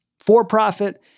For-profit